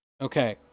Okay